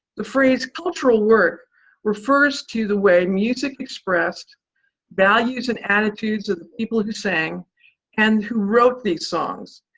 the phrase cultural work refers to the way music expressed values and attitudes of the people who sang and who wrote the songs,